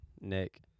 Nick